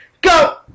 Go